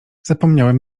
zapomniałem